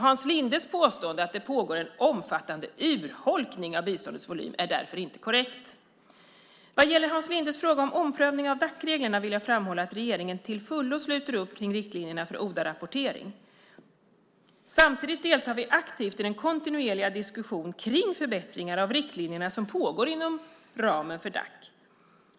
Hans Lindes påstående att det pågår en omfattande "urholkning" av biståndets volym är därför inte korrekt. Vad gäller Hans Lindes fråga om omprövning av Dac-reglerna vill jag framhålla att regeringen till fullo sluter upp kring riktlinjerna för ODA-rapportering. Samtidigt deltar vi aktivt i den kontinuerliga diskussion kring förbättringar av riktlinjerna som pågår inom ramen för Dac.